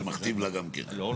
אני